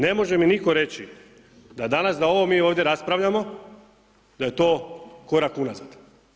Ne može mi nitko reći da danas da ovo mi ovdje raspravljamo da je to korak unazad.